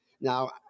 Now